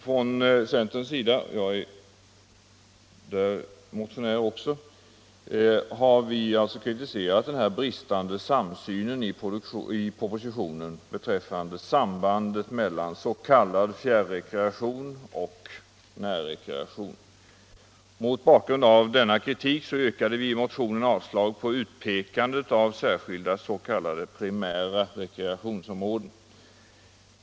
Från centerns sida — jag tillhör motionärerna — har vi kritiserat den bristande samsynen i propositionen beträffande sambandet mellan s.k. fjärrekreation och närrekreation. Mot bakgrunden av denna kritik yrkade vi i motionen avslag på för slaget om utpekande av särskilda s.k. primära rekreationsområden.